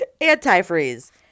Antifreeze